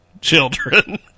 Children